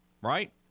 right